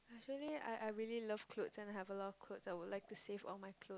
actually I I really love clothes and I have a lot clothes and I would like to save all my clothes